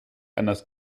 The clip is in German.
anders